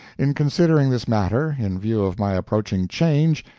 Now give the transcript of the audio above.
in considering this matter, in view of my approaching change,